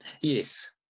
Yes